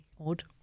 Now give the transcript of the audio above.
odd